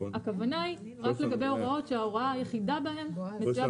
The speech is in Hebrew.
הכוונה היא רק לגבי הוראות שההוראה היחידה בהן מופיעה